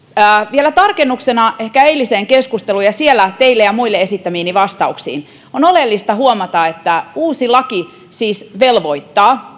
vielä tarkennuksena eiliseen keskusteluun ja siellä teille ja muille esittämiini vastauksiin on oleellista huomata että uusi laki siis velvoittaa